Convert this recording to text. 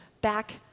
back